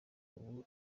ubu